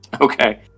Okay